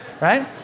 right